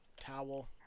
Towel